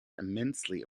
immensely